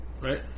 right